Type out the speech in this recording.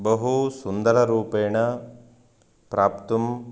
बहु सुन्दररूपेण प्राप्तुं